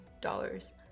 dollars